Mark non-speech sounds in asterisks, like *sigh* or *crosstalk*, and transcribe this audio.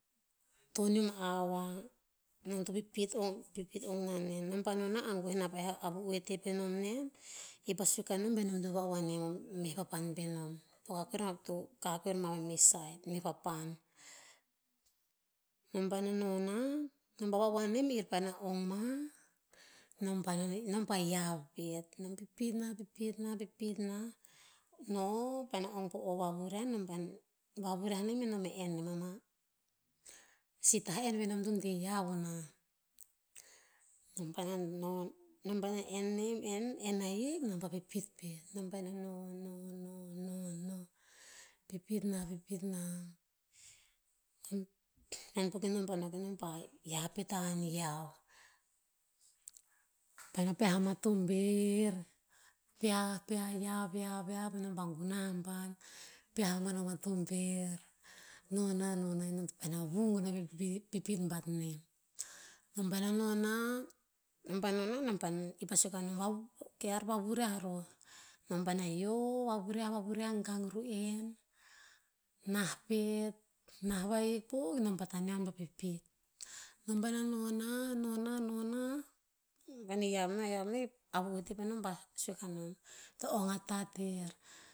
Tonium a hour, nom to pipit ong, pipit ong na nen. Nom pa no nah agoeh na paeh a avu oeteh pe nom nen, ki pah sue ka nom be nom to vauhuan nem *hesitation* meh papan pe nom. To kakoe ro ma to kakoe ro ma pa meh saet, meh papan. Nom paena no nah, nom pa vauhuan nem, ir paena ong ma, nom pah- nom pah hiav pet. Nom pipit nah, pipit nah, pipit nah, noh paena ong po o vavuriah nom paena, vavuriah nem nom he en nem ama sih tah en ve nom to de hiav o nah. Nom paena noh, nom paena en nem, en- en ahik, nom pa pipitpit. Nom paena no, no, no, no, no, pipit nah, pipit nah *hesitation* bihaen po ke nom pah no ke nom pa hiav pet a han hiav. Paena pe'ah ama tober, pe'ah, pe'ah, hiav, hiav, hiav, noma gunah aban, pe'ah aban a ma tober. Noh nah- noh nah nom to paena vung o nom eh pipit- pipit bat nem. Nom paena noh nah, nom paena noh nah nom *unintelligible* i pah sue kanom *unintelligible* ke ear vavuriah roh. Nom paena yio, vavuriah, vavuriah, gang ru'en, nah pet, nah vahik po, nom va taneo ha em pa pipit. Nom paena noh nah, noh nah, noh nah, paena hiav nah, hiav nah avu oeteh peh nom pah sue kanom, to ong atat er.